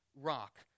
rock